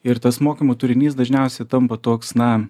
ir tas mokymo turinys dažniausiai tampa toks na